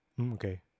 okay